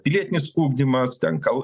pilietinis ugdymas ten kal